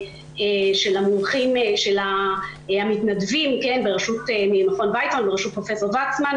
ושל המתנדבים ממכון ויצמן בראשות פרופ' וקסמן.